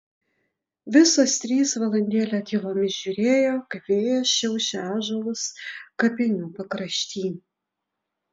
visos trys valandėlę tylomis žiūrėjo kaip vėjas šiaušia ąžuolus kapinių pakrašty